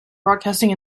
broadcasting